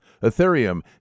Ethereum